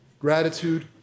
gratitude